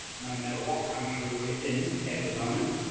no matter what country we're in at the moment,